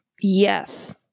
yes